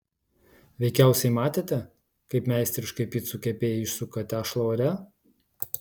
veikiausiai matėte kaip meistriškai picų kepėjai išsuka tešlą ore